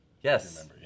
Yes